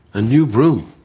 a new broom